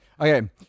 Okay